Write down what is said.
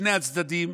שני הצדדים.